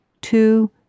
two